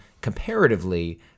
comparatively